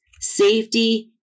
safety